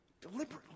deliberately